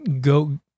go